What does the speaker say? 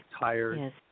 tired